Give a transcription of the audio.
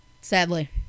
Sadly